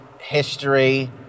history